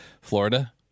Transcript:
Florida